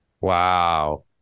Wow